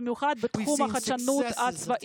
במיוחד בטכנולוגיה צבאית.